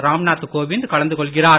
ராம்நாத் கோவிந்த் கலந்து கொள்கிறார்